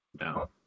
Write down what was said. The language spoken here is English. No